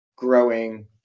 growing